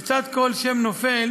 לצד כל שם נופל